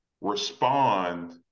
respond